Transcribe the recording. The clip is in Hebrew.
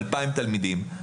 2,000 תלמידים,